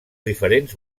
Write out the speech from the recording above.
diferents